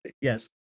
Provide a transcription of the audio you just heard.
Yes